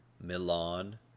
Milan